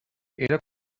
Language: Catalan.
era